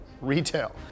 retail